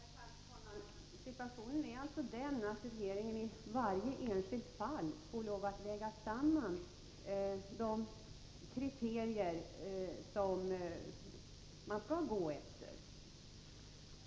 Herr talman! Situationen är den att regeringen i varje enskilt fall får lov att väga samman de kriterier som man skall gå efter.